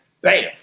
Bam